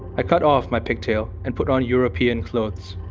i cut off my pigtail and put on european clothes,